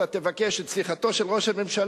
אתה תבקש את סליחתו של ראש הממשלה.